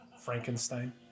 Frankenstein